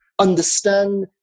Understand